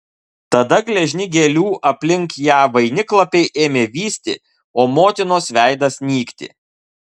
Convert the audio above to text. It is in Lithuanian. tada gležni gėlių aplink ją vainiklapiai ėmė vysti o motinos veidas nykti